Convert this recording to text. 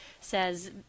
says